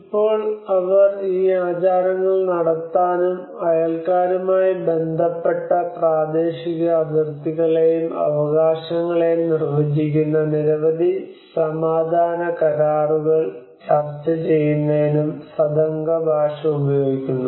ഇപ്പോൾ അവർ ഈ ആചാരങ്ങൾ നടത്താനും അയൽക്കാരുമായി ബന്ധപ്പെട്ട പ്രാദേശിക അതിർത്തികളെയും അവകാശങ്ങളെയും നിർവചിക്കുന്ന നിരവധി സമാധാന കരാറുകൾ ചർച്ച ചെയ്യുന്നതിനും സദംഗ ഭാഷ ഉപയോഗിക്കുന്നു